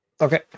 Okay